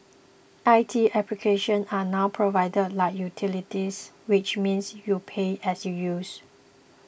I T applications are now provided like utilities which means you pay as you use